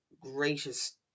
greatest